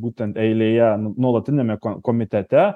būtent eilėje nuolatiniame komitete